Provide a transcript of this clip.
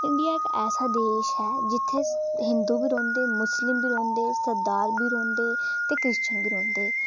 India इक ऐसा देश ऐ जित्थै हिंदू बी रौहंदे मुस्लिम बी रौहंदे सरदार बी रौहंदे ते क्रिश्चयन बी रौहंदे